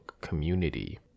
community